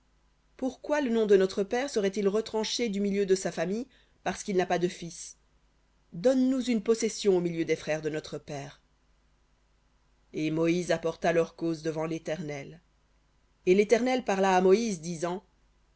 pourquoi le nom de notre père serait-il retranché du milieu de sa famille parce qu'il n'a pas de fils donne-nous une possession au milieu des frères de notre père et moïse apporta leur cause devant léternel et l'éternel parla à moïse disant